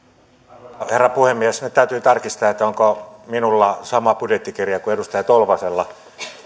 arvoisa herra puhemies nyt täytyy tarkistaa onko minulla sama budjettikirja kuin edustaja tolvasella